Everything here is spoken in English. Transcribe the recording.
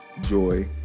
joy